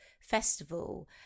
festival